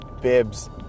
bibs